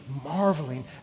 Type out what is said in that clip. marveling